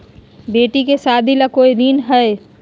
बेटी के सादी ला कोई ऋण हई?